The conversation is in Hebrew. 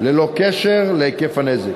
ללא קשר להיקף הנזק.